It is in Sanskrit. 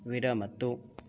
विरमतु